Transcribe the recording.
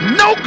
no